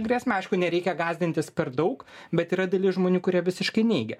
grėsmę aišku nereikia gąsdintis per daug bet yra dalis žmonių kurie visiškai neigia